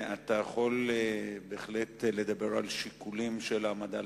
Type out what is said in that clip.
אתה יכול בהחלט לדבר על שיקולים של העמדה